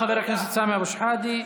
תודה, חבר הכנסת סמי אבו שחאדה.